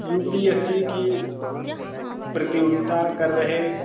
you P S C की प्रतियोगिता कर रहे